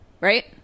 Right